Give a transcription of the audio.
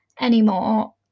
anymore